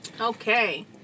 Okay